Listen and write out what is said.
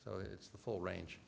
so it's the full range